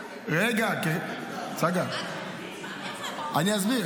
--- רגע, צגה, אני אסביר.